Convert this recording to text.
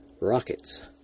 rockets